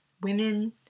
women